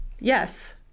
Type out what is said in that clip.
Yes